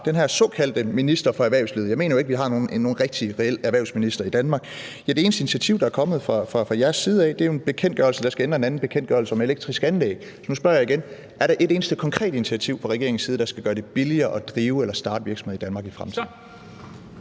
den her såkaldte minister for erhvervslivet – jeg mener jo ikke, at vi har nogen rigtig reel erhvervsminister i Danmark. Og det eneste initiativ, der er kommet fra jeres side, er jo en bekendtgørelse, der skal ændre en anden bekendtgørelse om elektriske anlæg. Så nu spørger jeg igen: Er der et eneste konkret initiativ fra regeringens side, der skal gøre det billigere at drive og starte virksomhed i Danmark i fremtiden?